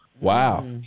Wow